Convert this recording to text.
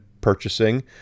purchasing